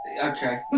Okay